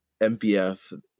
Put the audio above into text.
MPF